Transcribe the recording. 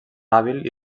hàbil